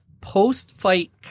post-fight